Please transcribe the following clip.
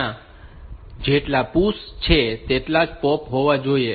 ત્યાં જેટલા PUSH છે તેટલા POP હોવા જોઈએ